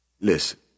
Listen